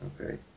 Okay